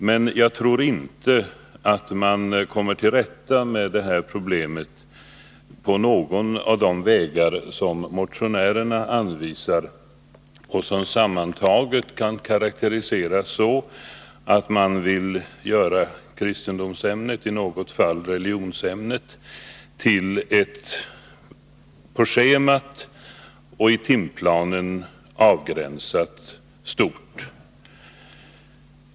Men jag tror inte att man kommer till rätta med problemet på någon av de vägar som motionärerna anvisar och som sammantaget kan karakteriseras så, att man vill göra kristendomsämnet — och i något fall religionsämnet — till ett på schemat och i timplanen avgränsat inslag.